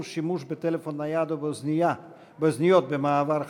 שימוש בטלפון נייד או באוזניות במעבר חציה),